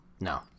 no